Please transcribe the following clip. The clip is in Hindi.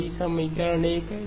वह समीकरण 1 है